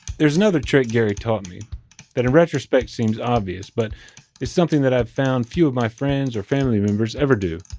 there is another trick gary taught me that in retrospect seems obvious, but it's something that i've found few of my friends or family members ever do.